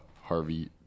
harvey